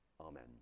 Amen